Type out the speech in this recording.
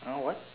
ah what